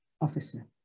officer